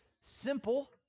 simple